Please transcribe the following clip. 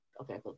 Okay